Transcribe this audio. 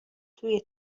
توی